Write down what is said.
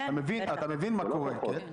אתה מבין מה קורה.